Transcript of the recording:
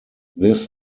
this